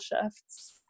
shifts